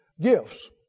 Gifts